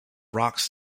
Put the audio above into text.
rocks